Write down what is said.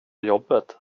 jobbet